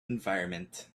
environment